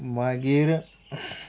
मागीर